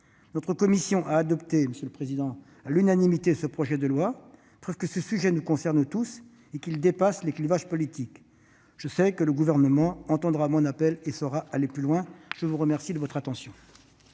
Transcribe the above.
Notre commission a adopté à l'unanimité ce projet de loi, preuve que ce sujet nous concerne tous et qu'il dépasse les clivages politiques. J'espère que le Gouvernement entendra mon appel à aller plus loin. » La parole est à M.